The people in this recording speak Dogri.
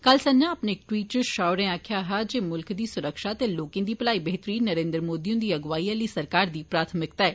कल संझा अपने ट्विट च शाह होरें आक्खेया हा जे मुल्ख दी सुरक्षा ते लोके दी भलाई बेहतरी नरेन्द्र मोदी हुन्दी अगुआई आली सरकार दी प्राथमिकता ऐ